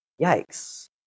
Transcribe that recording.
yikes